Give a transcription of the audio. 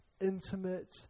intimate